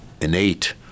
innate